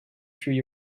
through